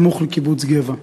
סמוך לקיבוץ גבע.